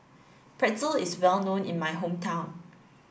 Pretzel is well known in my hometown